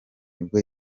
nibwo